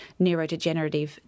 neurodegenerative